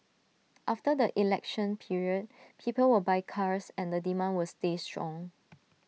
after the election period people will buy cars and the demand will stay strong